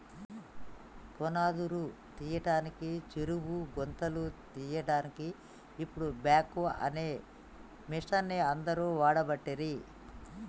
పునాదురు తీయడానికి చెరువు గుంతలు తీయడాన్కి ఇపుడు బాక్వో అనే మిషిన్ని అందరు వాడబట్టిరి